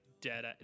dead